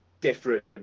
different